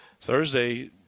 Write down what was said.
Thursday